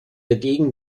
dagegen